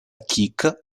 kick